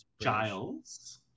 Giles